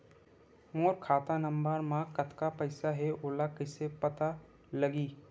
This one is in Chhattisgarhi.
मोर खाता नंबर मा कतका पईसा हे ओला कइसे पता लगी?